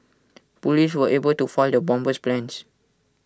Police were able to foil the bomber's plans